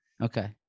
okay